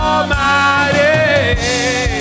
Almighty